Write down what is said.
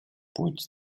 pójdź